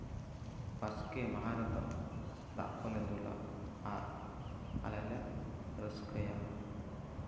ᱵᱟᱥᱠᱮ ᱢᱟᱦᱟ ᱨᱮᱫᱚ ᱫᱟᱜ ᱠᱚᱞᱮ ᱫᱩᱞᱟ ᱟᱨ ᱟᱞᱮᱞᱮ ᱨᱟᱹᱥᱠᱟᱹᱭᱟ